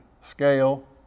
scale